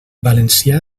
valencià